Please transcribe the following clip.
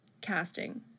casting